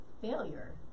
failure